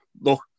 Look